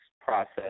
process